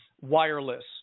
wireless